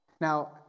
Now